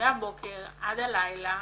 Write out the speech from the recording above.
מהבוקר עד הלילה,